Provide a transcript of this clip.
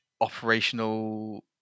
operational